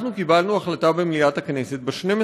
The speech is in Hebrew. אנחנו קיבלנו החלטה במליאת הכנסת ב-12